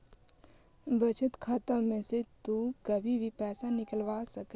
बचत खाता में से तु कभी भी पइसा निकलवा सकऽ हे